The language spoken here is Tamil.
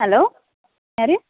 ஹலோ யார்